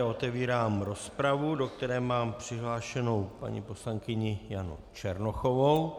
Otevírám rozpravu, do které mám přihlášenou paní poslankyni Janu Černochovou.